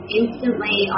instantly